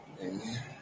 Amen